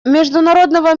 международного